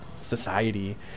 society